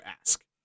ask